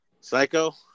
Psycho